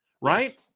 Right